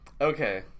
Okay